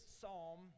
psalm